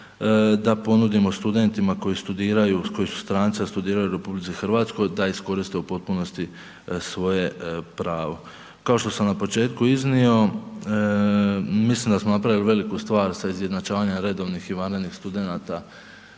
da ponudimo studentima koji studiraju koji su stranci, a studiraju u RH da iskoriste u potpunosti svoje pravo. Kao što sam na početku iznio, mislim da smo napravili veliku stvar sa izjednačavanjem redovnih i vanrednih studenata